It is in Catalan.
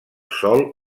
sòl